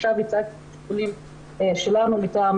עכשיו הצגתי את השיקולים שלנו מטעם